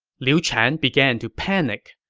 liu chan began to panic.